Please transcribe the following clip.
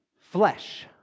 flesh